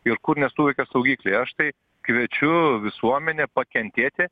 ir kur nesuveikė saugikliai aš tai kviečiu visuomenę pakentėti